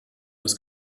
das